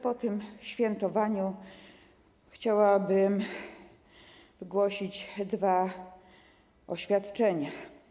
Po tym świętowaniu chciałabym wygłosić dwa oświadczenia.